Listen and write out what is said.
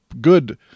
good